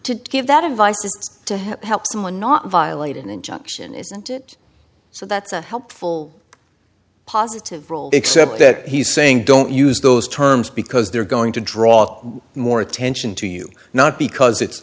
to give that advice is to help someone not violate an injunction isn't it so that's a helpful positive role except that he's saying don't use those terms because they're going to draw more attention to you not because